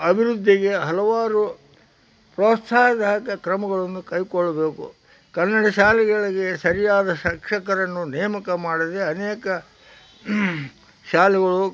ಅಭಿವೃದ್ಧಿಗೆ ಹಲವಾರು ಪ್ರೋತ್ಸಾಹದಾಯಕ ಕ್ರಮಗಳನ್ನು ಕೈಗೊಳ್ಬೇಕು ಕನ್ನಡ ಶಾಲೆಗಳಿಗೆ ಸರಿಯಾದ ಶಿಕ್ಷಕರನ್ನು ನೇಮಕ ಮಾಡದೇ ಅನೇಕ ಶಾಲೆಗಳು